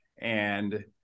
And-